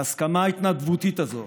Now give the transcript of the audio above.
וההסכמה ההתנדבותית הזו